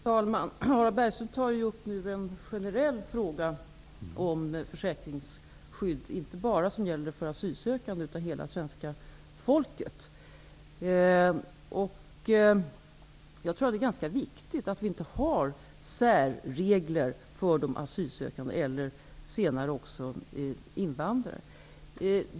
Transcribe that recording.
Fru talman! Harald Bergström tar nu upp en generell fråga om försäkringsskydd, inte bara det som gäller för asylsökande utan för hela svenska folket. Jag tror att det är ganska viktigt att vi inte har särregler för de asylsökande eller för invandrarna.